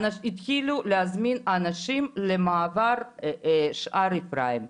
התחילו להזמין אנשים למעבר שער אפרים.